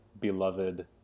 beloved